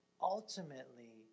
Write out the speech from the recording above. ultimately